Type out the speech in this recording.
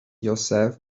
yourself